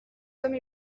homme